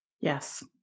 Yes